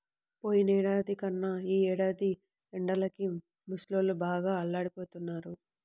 పోయినేడాది కన్నా ఈ ఏడాది ఎండలకి ముసలోళ్ళు బాగా అల్లాడిపోతన్నారు